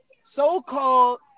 So-called